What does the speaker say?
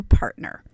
partner